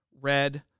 red